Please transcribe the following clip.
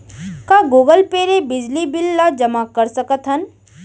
का Google pay ले बिजली बिल ल जेमा कर सकथन?